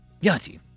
Yati